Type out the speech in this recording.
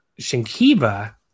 Shinkiba